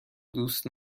دوست